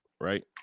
right